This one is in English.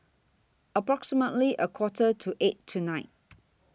approximately A Quarter to eight tonight